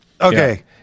Okay